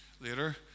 later